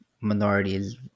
minorities